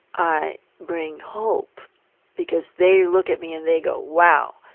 i bring hope because they look at me and they go, wow.